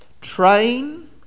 train